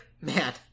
man